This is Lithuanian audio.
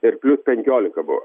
ir plius penkiolika buvo